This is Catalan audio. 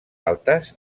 altes